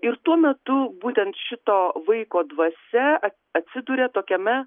ir tuo metu būtent šito vaiko dvasia atsiduria tokiame